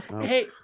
Hey